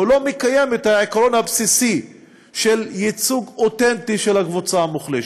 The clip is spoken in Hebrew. הוא לא מקיים את העיקרון הבסיסי של ייצוג אותנטי של הקבוצה המוחלשת.